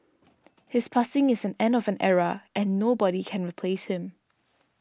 his passing is an end of an era and nobody can replace him